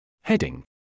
Heading